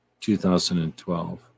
2012